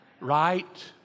right